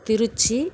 Trichy